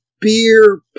beer